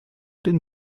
den